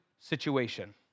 situation